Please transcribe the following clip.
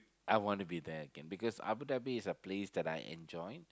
I want to be there again because Abu-Dhabi is a place that I enjoy